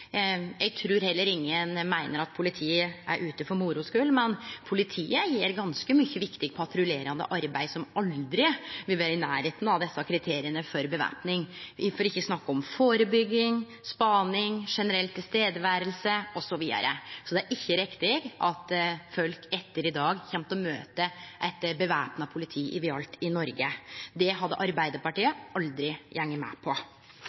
Eg trur heller ingen meiner at politiet er ute for moro skuld, men politiet gjer ganske mykje viktig patruljerande arbeid som aldri vil vere i nærleiken av desse kriteria for væpning, for ikkje å snakke om førebygging, spaning, det generelt å vere til stades, osv. Det er ikkje riktig at folk frå no av kjem til å møte eit væpna politi overalt i Noreg. Det hadde Arbeidarpartiet aldri gått med på.